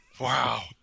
Wow